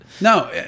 No